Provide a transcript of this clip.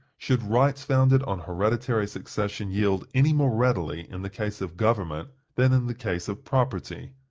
should rights founded on hereditary succession yield any more readily in the case of government than in the case of property?